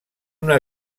una